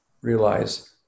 realize